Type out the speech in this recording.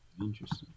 interesting